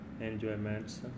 enjoyments